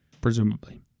presumably